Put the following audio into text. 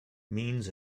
means